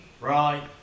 Right